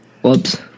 Whoops